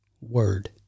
word